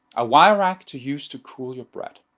a wire rack to use to cool your bread.